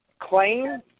claim